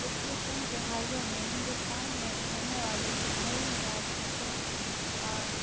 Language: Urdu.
پچھلی چند دہائیوں میں ہندوستان میں ابھرنے والے کچھ نئی ملازمتیں اور